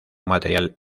material